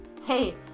Hey